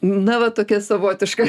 na va tokia savotiška